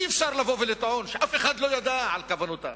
אי-אפשר לטעון שאף אחד לא ידע על כוונותיו.